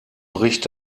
bricht